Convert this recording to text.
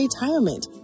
retirement